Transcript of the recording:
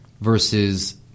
versus